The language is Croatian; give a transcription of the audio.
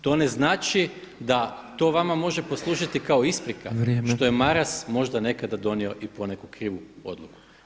To ne znači da to vama može poslužiti kao isprika [[Upadica Petrov: Vrijeme.]] što je Maras možda nekada donio i poneku krivu odluku.